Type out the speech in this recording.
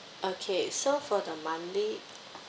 okay so for the monthly